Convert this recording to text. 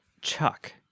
Chuck